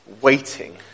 waiting